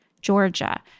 Georgia